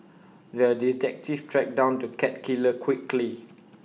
the detective tracked down the cat killer quickly